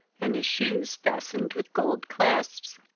and his shoes fastened with gold clasps.